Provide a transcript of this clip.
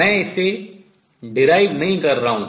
मैं इसे derive व्युत्पन्न नहीं कर रहा हूँ